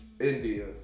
India